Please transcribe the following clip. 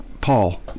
Paul